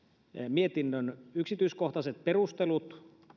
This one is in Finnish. mietinnön yksityiskohtaiset perustelut